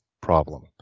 problem